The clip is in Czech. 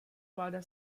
vláda